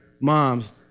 moms